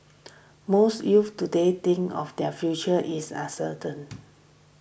most youths today think of their future is uncertain